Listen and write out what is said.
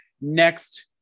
next